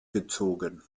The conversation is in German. gezogen